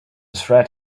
thread